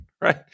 Right